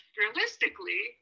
realistically